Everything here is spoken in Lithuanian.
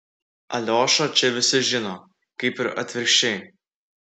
aliošą čia visi žino kaip ir atvirkščiai